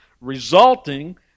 resulting